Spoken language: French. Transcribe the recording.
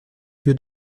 lieu